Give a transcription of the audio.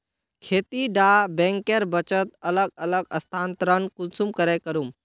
खेती डा बैंकेर बचत अलग अलग स्थानंतरण कुंसम करे करूम?